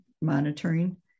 monitoring